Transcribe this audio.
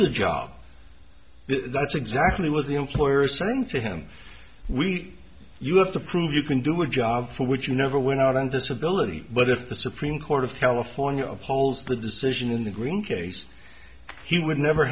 the job that's exactly what the employer sent to him we you have to prove you can do a job for which you never went out on disability but if the supreme court of california upholds the decision in the green case he would never